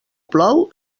plou